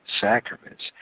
sacraments